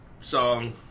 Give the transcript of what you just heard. song